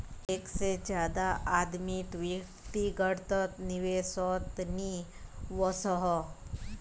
एक से ज्यादा आदमी व्यक्तिगत निवेसोत नि वोसोह